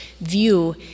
view